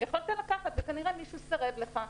יכולת לקחת, וכנראה מישהו סירב לך.